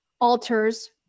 altars